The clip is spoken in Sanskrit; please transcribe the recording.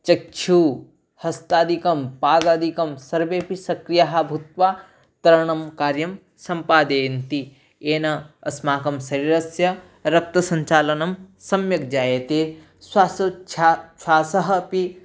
चक्षुः हस्तादिकं पादादिकं सर्वेपि सक्रियः भूत्वा तरणं कार्यं सम्पादयन्ति येन अस्माकं शरीरस्य रक्तसञ्चालनं सम्यक् जायते श्वासोच्छ्वासाः श्वासः अपि